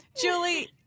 Julie